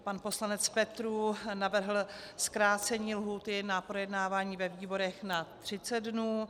Pan poslanec Petrů navrhl zkrácení lhůty na projednávání ve výborech na 30 dnů.